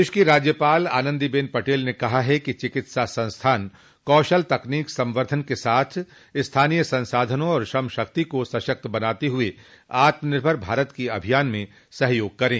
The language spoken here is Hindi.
प्रदेश की राज्यपाल आनंदीबेन पटेल ने कहा है कि चिकित्सा संस्थान कौशल तकनोक संवर्धन के साथ स्थानीय संसाधनों और श्रम शक्ति को सशक्त बनाते हुए आत्मनिर्भर भारत के अभियान में सहयोग करें